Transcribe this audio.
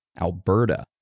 Alberta